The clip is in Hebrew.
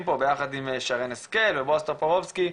פה ביחד עם שרן השכל ובועז טופורובסקי,